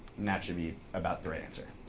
and that should be about the right answer.